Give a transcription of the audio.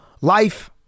life